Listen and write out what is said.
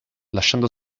lasciando